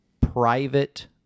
private